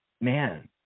Man